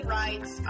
rights